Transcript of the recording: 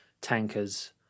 tankers